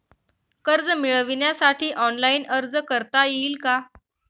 कर्ज मिळविण्यासाठी ऑनलाइन अर्ज करता येईल का?